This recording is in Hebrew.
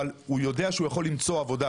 אבל הוא יודע שהוא יכול למצוא עבודה,